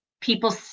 people